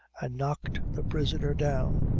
and knocked the prisoner down.